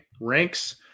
ranks